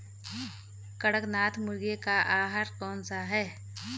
कड़कनाथ मुर्गे का आहार कौन सा है?